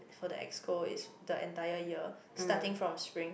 so the Exco is the entire year starting from spring